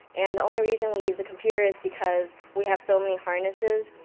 and the only reason we use a computer is because we have so many harnesses,